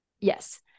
yes